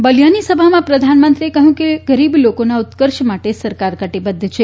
બલિયાની સભામાં પ્રધાનમંત્રીએ કહ્યું કે ગરીબ લોકોના ઉત્કર્ષ માટે સરકાર કટિબદ્ધ છે